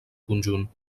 conjunt